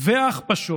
וההכפשות